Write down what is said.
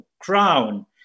crown